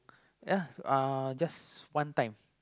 ya uh just one time